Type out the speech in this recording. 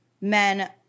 men